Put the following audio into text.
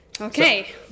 okay